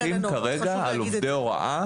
אנחנו משוחחים כרגע על עובדי הוראה